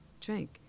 drink